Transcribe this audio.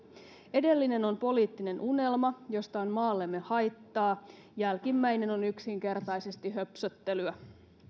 edellinen on poliittinen unelma josta on maallemme haittaa jälkimmäinen on yksinkertaisesti höpsöttelyä